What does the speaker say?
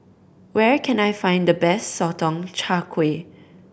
where can I find the best Sotong Char Kway